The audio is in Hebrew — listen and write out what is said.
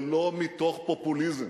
ולא מתוך פופוליזם.